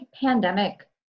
pandemic